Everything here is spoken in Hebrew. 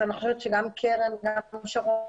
אני חושבת שגם קרן וגם שרון,